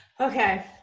Okay